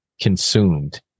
consumed